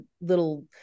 little